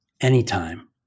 anytime